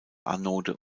anode